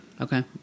Okay